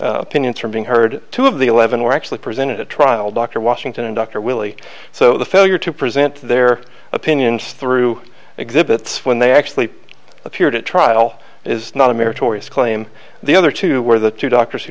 opinions from being heard two of the eleven were actually presented at trial dr washington and dr willy so the failure to present their opinions through exhibits when they actually appeared at trial is not a mere tori's claim the other two were the two doctors who